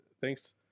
Thanks